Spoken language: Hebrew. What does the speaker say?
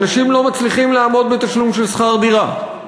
אנשים לא מצליחים לעמוד בתשלום של שכר דירה.